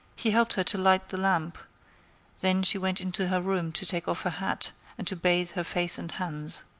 he helped her to light the lamp then she went into her room to take off her hat and to bathe her face and hands.